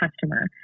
customer